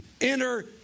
enter